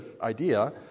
idea